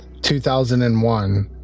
2001